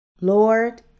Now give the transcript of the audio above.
Lord